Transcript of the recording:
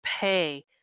pay